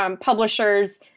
publishers